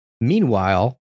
Meanwhile